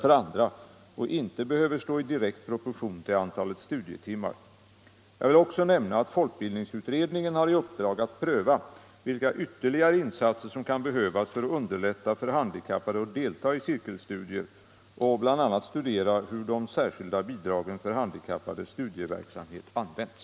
Är statsrådet beredd medverka till att statsbidrag till stöd för studieförbundens verksamhet bland handikappade bringas i överensstämmelse med resp. förbunds verksamhet på detta område?